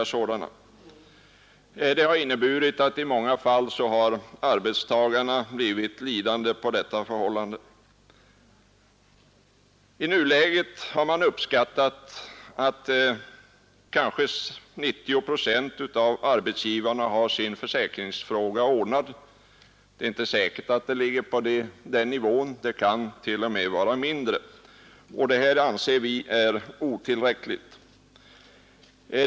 Det förhållandet har inneburit att arbetstagarna i många fall har blivit lidande. I nuläget har man uppskattat att kanske 90 procent av arbetsgivarna har sin försäkringsfråga ordnad — men det är inte säkert att det ligger på den nivån; det kan t.o.m. vara mindre. Det här anser vi är otillfredsställande.